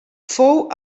fou